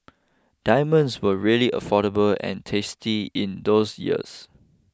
diamonds were really affordable and tasty in those years